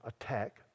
attack